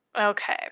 Okay